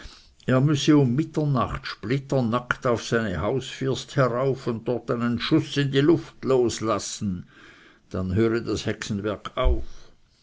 um mitternacht splitternackt auf seine hausfirst herauf und dort einen schuß in die luft loslassen dann höre das hexenwerk auf